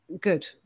good